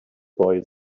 boy